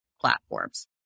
platforms